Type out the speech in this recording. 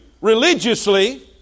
religiously